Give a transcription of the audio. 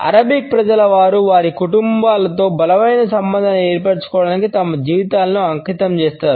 Arabic ప్రజల వంటి వారు వారి కుటుంబాలతో బలమైన సంబంధాన్ని ఏర్పరచుకోవడానికి తమ జీవితాలను అంకితం చేస్తారు